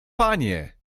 panie